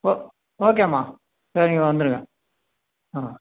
ஓ ஓகேம்மா சரிங்க வந்துவிடுங்க ஆ